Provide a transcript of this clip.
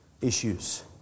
issues